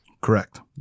Correct